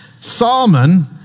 Salmon